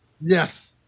yes